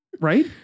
Right